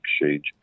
exchange